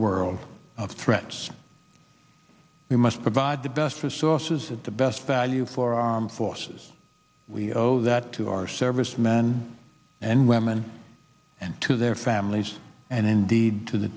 world of threats we must provide the best resources at the best value for our armed forces we owe that to our servicemen and women and to their families and indeed to the